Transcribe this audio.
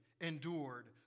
endured